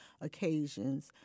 occasions